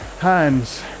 hands